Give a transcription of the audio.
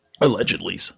Allegedly